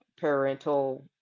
parental